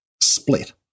split